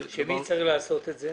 מי צריך לעשות את זה?